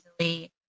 easily